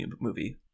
movie